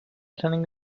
turning